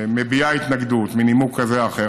מביעה התנגדות מנימוק כזה או אחר,